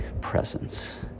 presence